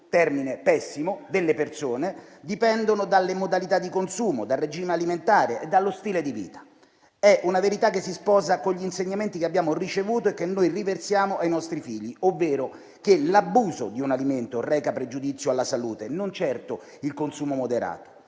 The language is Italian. (termine pessimo), delle persone, dipendono dalle modalità di consumo, dal regime alimentare e dallo stile di vita. È una verità che si sposa con gli insegnamenti che abbiamo ricevuto e che noi riversiamo ai nostri figli, ovvero, che l'abuso di un alimento reca pregiudizio alla salute, non certo il consumo moderato.